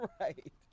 Right